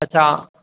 अच्छा